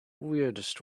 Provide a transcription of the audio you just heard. weirdest